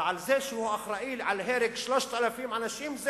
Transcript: אבל על זה שהוא אחראי על הרג 3,000 אנשים,